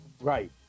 right